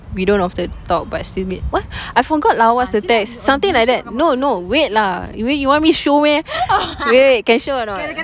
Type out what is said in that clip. we don't often talk but still meet !wah! I forgot lah what's the text something like that no no wait lah you you want me show meh wait wait wait can show or not